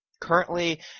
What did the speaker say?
currently